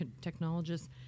technologists –